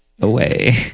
away